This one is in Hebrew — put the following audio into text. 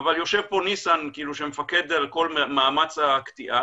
אבל יושב פה ניסן שמפקד על כל מאמץ הקטיעה,